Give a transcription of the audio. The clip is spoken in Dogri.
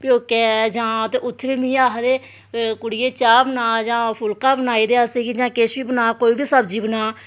प्यौके जां ते उत्थें बी मिगी आक्खदे एह् कुड़ियै चाह् बनाऽ जां फुल्के बनाई दे असेंगी जां सब्जी बनाऽ जां किश बी बनाई दे असेंगी